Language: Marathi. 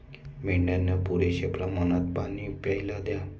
मेंढ्यांना पुरेशा प्रमाणात पाणी प्यायला द्या